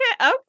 okay